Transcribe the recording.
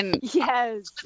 Yes